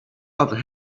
other